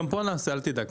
גם פה נעשה, אל תדאג.